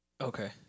okay